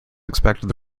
expected